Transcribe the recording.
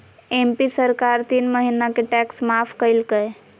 MP सरकार तीन महीना के टैक्स माफ कइल कय